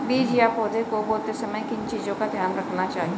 बीज या पौधे को बोते समय किन चीज़ों का ध्यान रखना चाहिए?